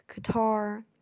Qatar